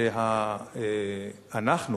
שאנחנו,